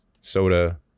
Soda